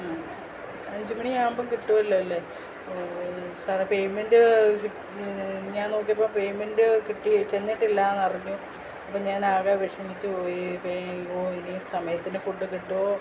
അഞ്ചു മണിയാകുമ്പോള് കിട്ടുവല്ലേ അല്ലെ സാറേ പേയ്മെൻറ്റ് ഞാൻ നോക്കിയപ്പോൾ പേയ്മെൻറ്റ് കിട്ടി ചെന്നിട്ടില്ലാ എന്നറിഞ്ഞു അപ്പോള് ഞാനാകെ വിഷമിച്ചു പോയി യ്യോ ഇനി സമയത്തിന് ഫുഡ് കിട്ടോ